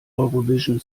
eurovision